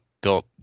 built